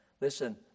listen